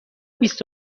بیست